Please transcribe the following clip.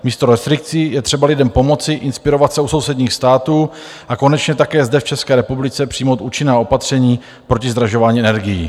Místo restrikcí je třeba lidem pomoci, inspirovat se u sousedních států a konečně také zde v České republice přijmout účinná opatření proti zdražování energií.